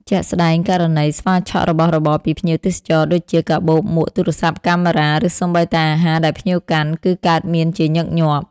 ជាក់ស្ដែង ករណីស្វាឆក់របស់របរពីភ្ញៀវទេសចរដូចជា កាបូប មួក ទូរសព្ទ កាមេរ៉ា ឬសូម្បីតែអាហារដែលភ្ញៀវកាន់ គឺកើតមានជាញឹកញាប់។